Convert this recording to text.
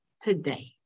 today